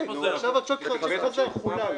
שילם בצ'ק, ועכשיו הצ'ק חזר, חולל.